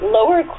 Lower